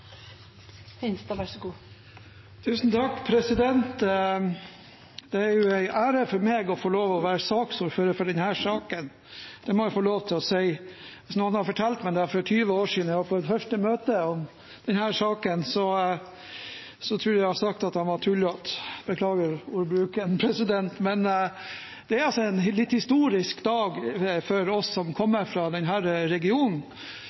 Det er en ære for meg å få lov til å være saksordfører for denne saken, det må jeg få lov å si. Hvis noen hadde fortalt meg det for 20 år siden, da jeg var i det første møtet om denne saken, tror jeg at jeg hadde sagt de var tullete – jeg beklager ordbruken, president! Det er en litt historisk dag for oss som kommer fra denne regionen.